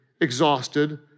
exhausted